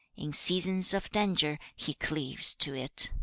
in seasons of danger, he cleaves to it